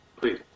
please